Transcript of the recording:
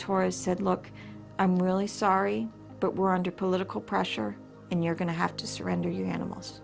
torah said look i'm really sorry but we're under political pressure and you're going to have to surrender your animals